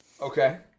okay